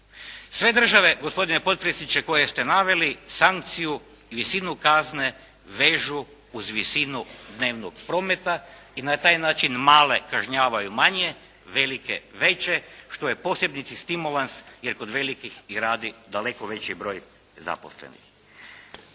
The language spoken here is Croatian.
Sve države, gospodine potpredsjedniče, koje ste naveli sankciju, visinu kazne vežu uz visinu dnevnog prometa i na taj način male kažnjavaju manje, velike veće što je u posljedici stimulans jer i kod velikih i radi daleko veći broj zaposlenih.